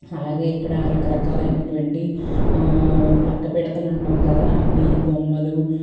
అలాగే ఇక్కడ రాకరకాలైనటువంటి లక్క పిడతలంటాం కదా అవి బొమ్మలు